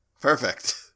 Perfect